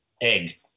egg